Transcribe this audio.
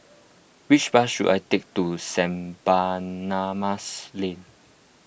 which bus should I take to Saint Barnabas Lane